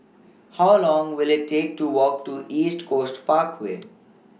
How Long Will IT Take to Walk to East Coast Parkway